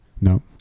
No